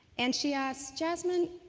and she asked, jasmine,